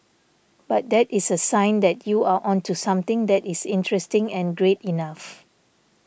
but that is a sign that you are onto something that is interesting and great enough